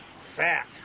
Fat